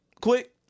Quick